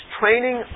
training